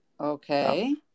Okay